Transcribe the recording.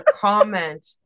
comment